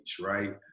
right